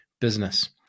business